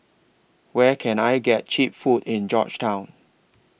Where Can I get Cheap Food in Georgetown